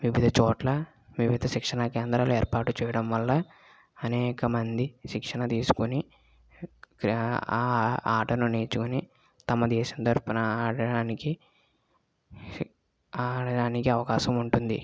వివిధ చోట్లు వివిధ శిక్షణా కేంద్రాలు ఏర్పాటు చేయడంవల్ల అనేకమంది శిక్షణ తీసుకుని ఆ ఆటను నేర్చుకుని తమ దేశం తరపున ఆడటానికి ఆడటానికి అవకాశం ఉంటుంది